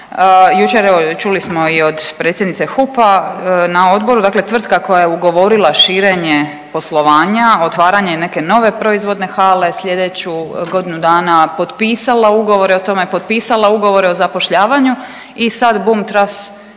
jučer evo čuli smo i od predsjednice HUP-a na odboru. Dakle, tvrtka koja je ugovorila širenje poslovanja, otvaranje neke nove proizvodne hale sljedeću godinu dana potpisala ugovore o tome, potpisala ugovore o zapošljavanju i sad bum, tras